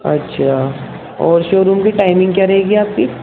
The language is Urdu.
اچھا اور شوروم کی ٹائمنگ کیا رہے گی آپ کی